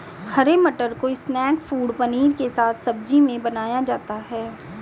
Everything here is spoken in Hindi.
हरे मटर को स्नैक फ़ूड पनीर के साथ सब्जी में बनाया जाता है